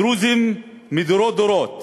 הדרוזים מדורי דורות